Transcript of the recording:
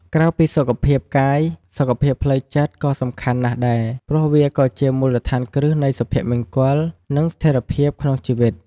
ក្រៅពីសុខភាពកាយ សុខភាពផ្លូវចិត្តក៏សំខាន់ណាស់ដែរ ព្រោះវាជាមូលដ្ឋានគ្រឹះនៃសុភមង្គល និងស្ថិរភាពក្នុងជីវិត។